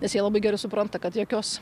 nes jie labai gerai supranta kad jokios